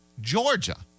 Georgia